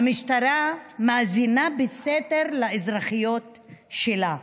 המשטרה מאזינה בסתר לאזרחיות שלה.